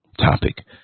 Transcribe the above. topic